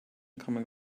coming